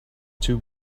too